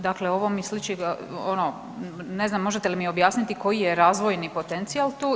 Dakle, ovo mi sliči ono ne znam možete li mi objasniti koji je razvojni potencijal tu.